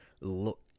look